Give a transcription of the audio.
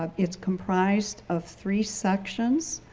um it's comprised of three sections.